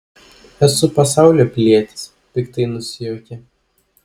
esu pasaulio pilietis piktai nusijuokė